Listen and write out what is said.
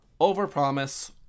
overpromise